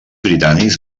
britànics